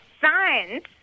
science